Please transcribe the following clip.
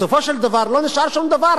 בסופו של דבר לא נשאר שום דבר